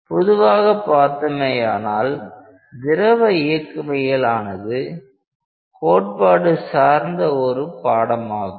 பொதுவாக பார்த்தோமேயானால் திரவ இயக்கவியல் ஆனது கோட்பாடு சார்ந்த ஒரு பாடமாகும்